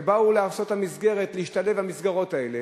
שבאו להשתלב במסגרות האלה,